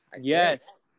yes